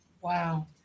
Wow